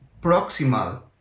proximal